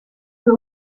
für